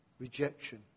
Rejection